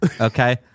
Okay